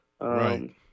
right